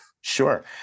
sure